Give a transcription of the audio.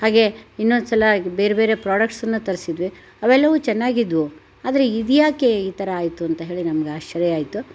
ಹಾಗೇ ಇನ್ನೊಂದು ಸಲ ಬೇರೆ ಬೇರೆ ಪ್ರಾಡಕ್ಟ್ಸನ್ನ ತರಿಸಿದ್ವಿ ಅವೆಲ್ಲವೂ ಚೆನ್ನಾಗಿದ್ದವು ಆದರೆ ಇದ್ಯಾಕೆ ಈ ಥರ ಆಯಿತು ಅಂತ ಹೇಳಿ ನಮ್ಗೆ ಆಶ್ಚರ್ಯ ಆಯಿತು